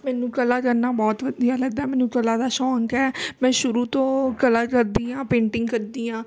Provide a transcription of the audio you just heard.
ਮੈਨੂੰ ਕਲਾ ਕਰਨਾ ਬਹੁਤ ਵਧੀਆ ਲੱਗਦਾ ਮੈਨੂੰ ਕਲਾ ਦਾ ਸ਼ੌਂਕ ਹੈ ਮੈਂ ਸ਼ੁਰੂ ਤੋਂ ਕਲਾ ਕਰਦੀ ਹਾਂ ਪੇਂਟਿੰਗ ਕਰਦੀ ਹਾਂ